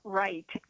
right